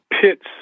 pits